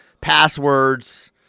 passwords